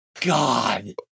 God